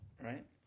right